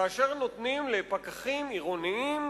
כאשר נותנים לפקחים עירוניים